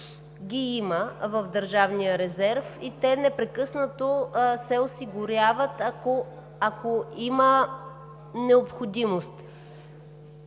ги има в Държавния резерв и те непрекъснато се осигуряват, ако има необходимост.